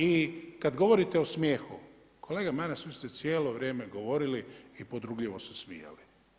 I kada govorite o smijehu, kolega Maras vi ste cijelo vrijeme govorili i podrugljivo se smijali.